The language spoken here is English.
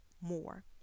more